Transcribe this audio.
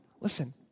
Listen